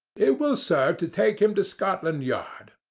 it will serve to take him to scotland yard.